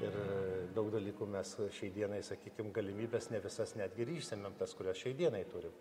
ir daug dalykų mes šiai dienai sakykim galimybes ne visas netgi ir išsemiam tas kurias šiai dienai turim